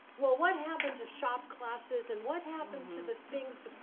well, what happened to shop classes and what happened to the things?